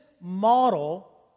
model